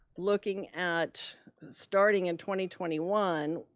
looking at starting in twenty twenty one,